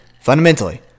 Fundamentally